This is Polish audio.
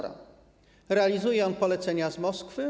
Realizuje on polecenia z Moskwy.